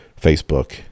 Facebook